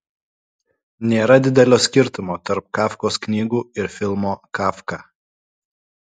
nėra didelio skirtumo tarp kafkos knygų ir filmo kafka